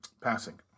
passing